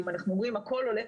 אם אנחנו אומרים הכול עולה